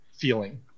feeling